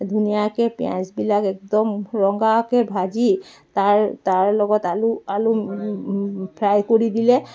ধুনীয়াকৈ পিঁয়াজবিলাক একদম ৰঙাকৈ ভাজি তাৰ তাৰ লগত আলু আলু ফ্ৰাই কৰি দিলে